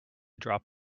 drop